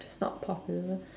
not popular